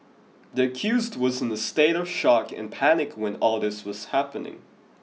the accused was in a state of shock and panic when all this was happening